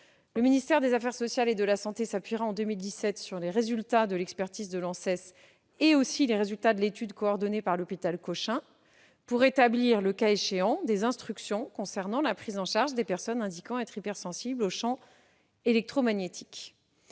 Le ministère des affaires sociales et de la santé s'appuiera, en 2017, sur les résultats de l'expertise de l'ANSES et sur ceux de l'étude coordonnée par l'hôpital Cochin pour établir, le cas échéant, des instructions concernant la prise en charge des personnes indiquant être hypersensibles aux champs électromagnétiques.